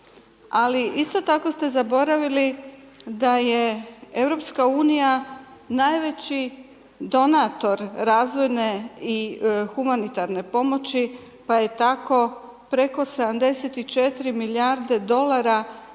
Ali isto tako ste zaboravili da je Europska unija najveći donator razvojne i humanitarne pomoći, pa je tako preko 74 milijarde dolara ili